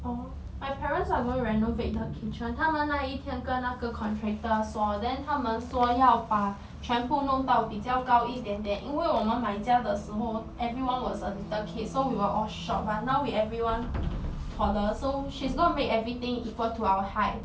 orh my parents are going to renovate the kitchen 他们那一天跟那个 contractor 说 then 他们说要把全部弄到比较高一点点因为我们买家的时候 everyone was a little kid so we were all short but now we everyone taller so she's gonna make everything equal to our high